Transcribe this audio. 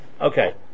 Okay